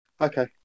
Okay